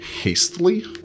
hastily